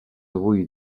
avui